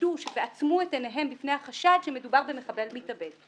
שעצמו את עיניהם בפני החשד שמדובר במחבל מתאבד.